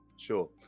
Sure